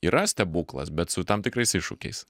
yra stebuklas bet su tam tikrais iššūkiais